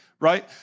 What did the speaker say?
right